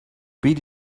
beat